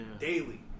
daily